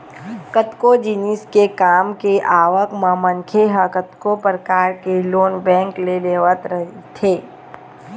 कतको जिनिस के काम के आवक म मनखे ह कतको परकार के लोन बेंक ले लेवत रहिथे